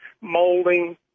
molding